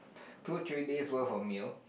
two three days worth of meal